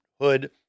Hood